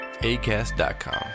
ACAST.com